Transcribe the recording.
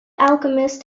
alchemist